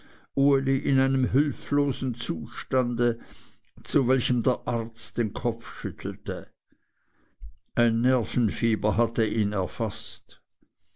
in einem hülflosen zustande zu welchem der arzt den kopf schüttelte ein nervenfieber hatte ihn erfaßt